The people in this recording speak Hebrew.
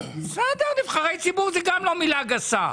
בסדר, נבחרי ציבור זה גם לא מילה גסה.